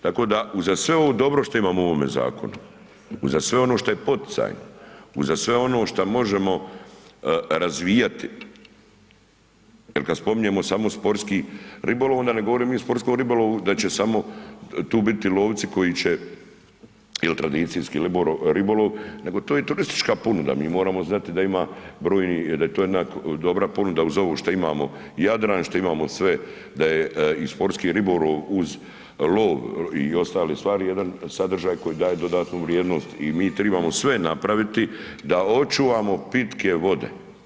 Tako da uza sve ovo dobro što imamo u ovom zakonu, uza sve ono što je poticaj, uza sve ono šta možemo razvijati, jer kad spominjemo samo sportski ribolov onda ne govorimo mi o sportskom ribolovu da će samo tu biti lovci koji će jel' tradicijski ribolov nego to je i turistička ponuda, mi moramo znati da ima brojni, da je to jedna dobra ponuda uz ovu što imamo Jadran, što imamo sve da je i sportski ribolov uz lov i ostale stvari, jedan sadržaj koji daje dodatnu vrijednost i mi trebamo sve napraviti da očuvamo pitke vode.